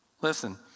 listen